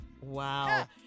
Wow